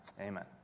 Amen